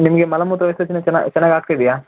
ನಿಮಗೆ ಮಲ ಮೂತ್ರ ವಿಸರ್ಜನೆ ಚೆನ್ನಾಗಿ ಚೆನ್ನಾಗಿ ಆಗ್ತಿದೆಯಾ